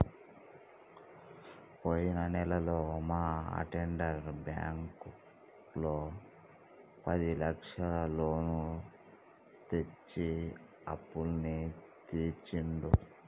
పోయిన నెలలో మా అటెండర్ బ్యాంకులో పదిలక్షల లోను తెచ్చి అప్పులన్నీ తీర్చిండు